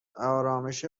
آرامش